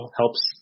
helps